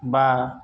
বা